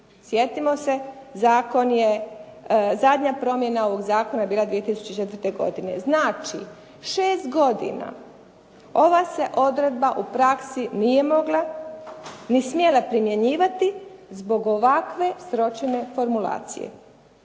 Sjetimo se zadnja promjena ovog zakona je bila 2004. godine. Znači, šest godina ova se odredba u praksi nije mogla ni smjela primjenjivati zbog ovakve sročene formulacije.